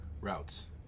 Routes